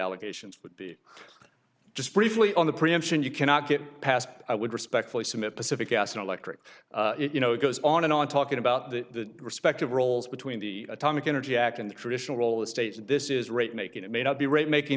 allegations would be just briefly on the preemption you cannot get past i would respectfully submit pacific gas and electric you know it goes on and on talking about the respective roles between the atomic energy act and the traditional role of states and this is right making it may not be right making